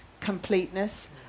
completeness